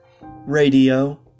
radio